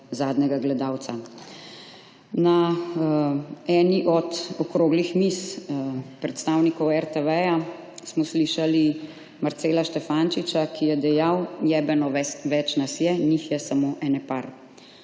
zadnjega gledalca. Na eni od okroglih miz predstavnikov RTV smo slišali Marcela Štefančiča, ki je dejal: »Jebeno več nas je, njih je samo ene par.«